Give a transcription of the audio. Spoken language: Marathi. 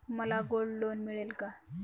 मला गोल्ड लोन मिळेल का?